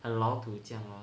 很老土这样 lor